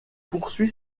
poursuit